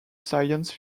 science